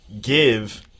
give